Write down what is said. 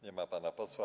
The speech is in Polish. Nie ma pana posła.